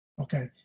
Okay